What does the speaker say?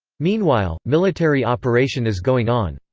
meanwhile, military operation is going on.